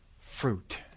fruit